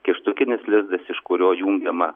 kištukinis lizdas iš kurio jungiama